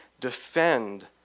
defend